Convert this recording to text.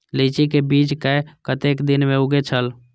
लीची के बीज कै कतेक दिन में उगे छल?